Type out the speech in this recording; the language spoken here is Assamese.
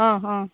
অঁ অঁ